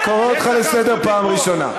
אני קורא אותך לסדר פעם ראשונה.